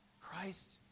Christ